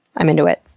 i'm into it.